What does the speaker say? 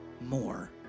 more